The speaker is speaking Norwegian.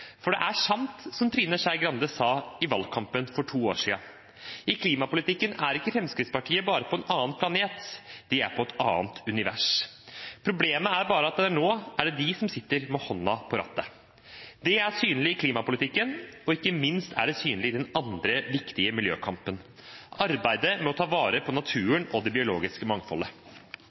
For det er sant som Trine Skei Grande sa i valgkampen for to år siden: I klimapolitikken er ikke Fremskrittspartiet bare på en annen planet, de er i et annet univers. Problemet er bare at nå er det de som sitter med hånda på rattet. Det er synlig i klimapolitikken, og ikke minst er det synlig i den andre viktige miljøkampen: arbeidet med å ta vare på